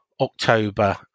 October